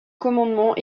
commandement